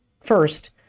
First